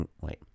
wait